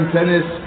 Tennis